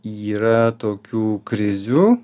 yra tokių krizių